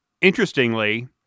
Interestingly